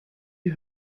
you